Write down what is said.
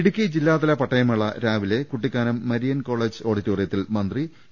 ഇടുക്കി ജില്ലാതലു പട്ടയമേള രാവിലെ കുട്ടിക്കാനം മരിയൻ കോളജ് ഓഡിറ്റോറിയത്തിൽ മന്ത്രി ഇ